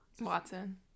Watson